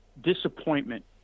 disappointment